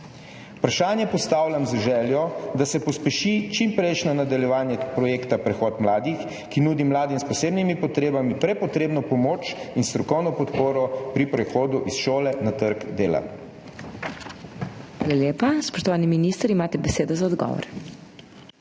Vprašanje postavljam z željo, da se pospeši čimprejšnje nadaljevanje projekta Prehod mladih, ki nudi mladim s posebnimi potrebami prepotrebno pomoč in strokovno podporo pri prehodu iz šole na trg dela.